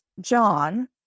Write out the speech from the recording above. John